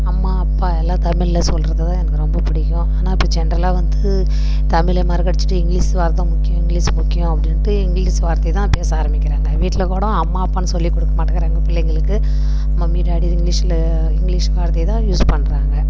அம்மா அப்பா எல்லா தமிழில் சொல்கிறது தான் எனக்கு ரொம்ப பிடிக்கும் ஆனால் இப்போ ஜென்றலாக வந்து தமிழே மறக்கடிச்சிகிட்டு இங்கிலீஸ் வார்த்தை தான் முக்கியம் இங்கிலீஸு முக்கியம் அப்படின்ட்டு இங்கிலீஸ் வார்த்தையை தான் பேச ஆரமிக்கிறாங்க வீட்டில் கூடம் அம்மா அப்பான்னு சொல்லி கொடுக்க மாட்டுகிறாங்க பிள்ளைங்களுக்கு மம்மி டேடி இங்கிலீஷில் இங்கிலீஷ் வார்த்தையை தான் யூஸ் பண்ணுறாங்க